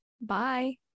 Bye